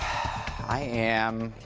i am.